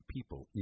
people